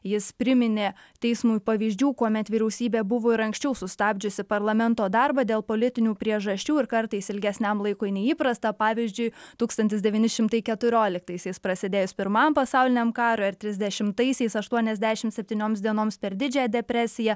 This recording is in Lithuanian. jis priminė teismui pavyzdžių kuomet vyriausybė buvo ir anksčiau sustabdžiusi parlamento darbą dėl politinių priežasčių ir kartais ilgesniam laikui nei įprasta pavyzdžiui tūkstantis devyni šimtai keturioliktaisiais prasidėjus pirmam pasauliniam karui ar trisdešimtaisiais aštuoniasdešimt septynioms dienoms per didžiąją depresiją